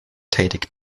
tätig